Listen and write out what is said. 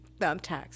Thumbtacks